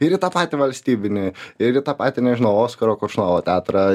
ir į tą patį valstybinį ir tą patį nežinau oskaro koršunovo teatrą